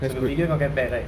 so the video not that bad right